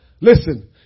listen